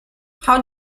how